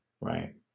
right